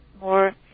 more